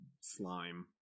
slime